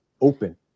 open